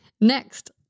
Next